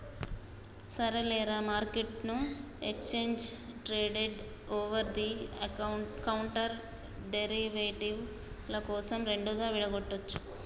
సరేలేరా, మార్కెట్ను exchange traded over the counter derivative ల కోసం రెండుగా విడగొట్టొచ్చు